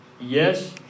Yes